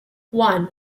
one